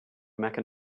mecca